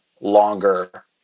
longer